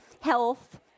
health